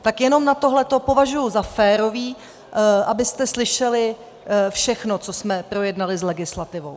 Tak jenom tohle považuji za férové, abyste slyšeli všechno, co jsme projednali s legislativou.